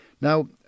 Now